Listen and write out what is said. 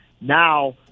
now –